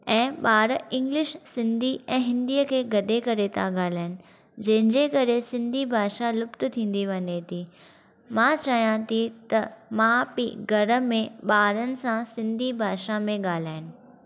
ऐं ॿार इंगलिश सिंधी ऐं हिंदीअ खे गॾे करे त ॻाल्हाइनि जंहिंजे करे सिंधी भाषा लुप्त थीदीं वञे थी मां चयां थी त माउ पीउ घरु में ॿारनि सां सिंधी भाषा मे ॻाल्हाइनि